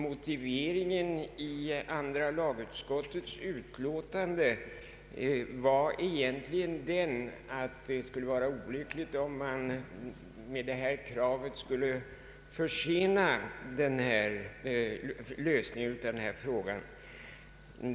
Motiveringen i andra lagutskottets utlåtande var egentligen den att det skulle vara olyckligt att försena lösningen av frågan.